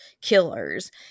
killers